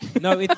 No